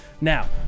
Now